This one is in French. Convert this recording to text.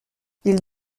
ils